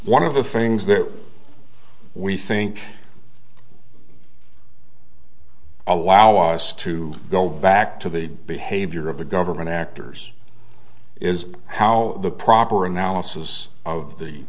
one of the things that we think allow us to go back to the behavior of the government actors is how the proper analysis of the